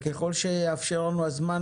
ככל שיאפשר לנו הזמן